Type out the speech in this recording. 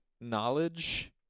knowledge